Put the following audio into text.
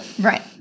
Right